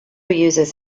uses